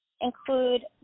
Include